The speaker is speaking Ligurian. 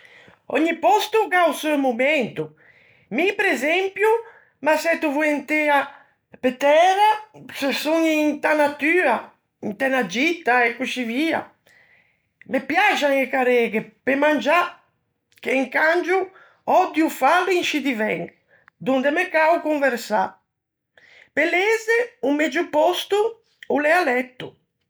Ògni pòsto o gh'à o seu momento. Mi, presempio, m'assetto voentea pe tæra se son inta natua, inte unna gita, e coscì via. Me piaxan e carreghe, pe mangiâ, che incangio òdio fâlo in scî diven, donde m'é cao conversâ. Pe leze o megio pòsto o l'é à letto.